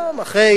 היום אחרי